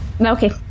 Okay